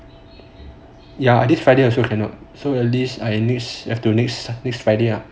ya I this friday also cannot so at least next friday ah